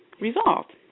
resolved